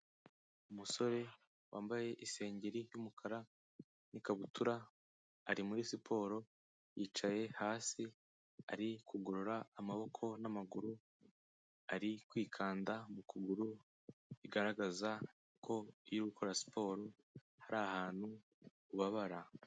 Umusore wambaye isengeri y'umukara n'ikabutura ari muri siporo yicaye hasi ari kugorora amaboko n'amaguru ari kwikanda mu kuguru bigaragaza ko iyo uri gukora siporo hari ahantu ubabara.